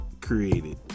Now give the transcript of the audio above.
created